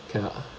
cannot